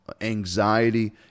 anxiety